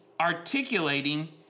articulating